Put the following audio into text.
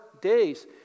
days